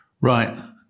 Right